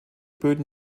böden